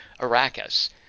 Arrakis